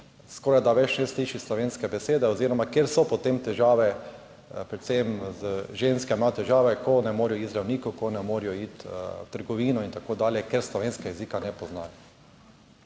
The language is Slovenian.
skorajda ves čas sliši slovenske besede oziroma kjer so potem težave predvsem ženska ima težave, ko ne morejo k zdravniku, ko ne morejo iti v trgovino in tako dalje, ker slovenskega jezika ne poznajo.